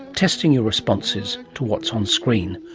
testing your responses to what's on screen,